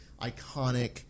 iconic